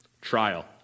trial